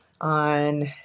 on